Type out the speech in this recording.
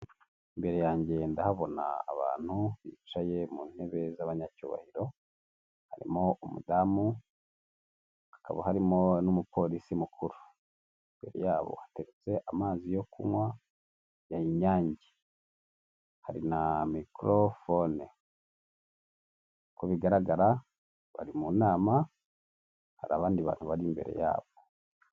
Imbere yanjye ndahabona abantu bicaye mu ntebe z'abanyacyubahiro, harimo umudamu hakaba harimo n'Umupolisi mukuru, imbere yabo hateretse amazi yo kunywa y'Inyange hari na microphone. Uko bigaragara bari mu nama hari abandi bantu bari imbere yabo.